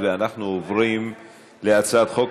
(תיקון מס'